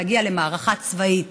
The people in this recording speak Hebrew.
להגיע למערכה צבאית.